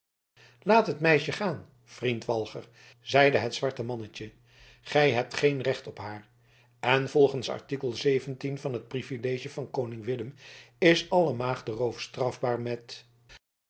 laat het meiske gaan vriend walger zeide het zwarte mannetje gij hebt geen recht op haar en volgens art van het privilege van koning willem is alle maagdenroof strafbaar met